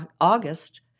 August